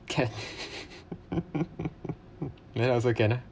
can like that also can ah